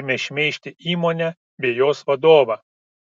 ėmė šmeižti įmonę bei jos vadovą